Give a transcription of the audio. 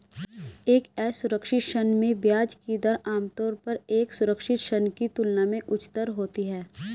एक असुरक्षित ऋण में ब्याज की दर आमतौर पर एक सुरक्षित ऋण की तुलना में उच्चतर होती है?